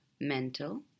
mental